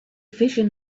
vision